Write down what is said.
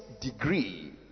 degree